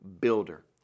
builder